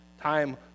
Time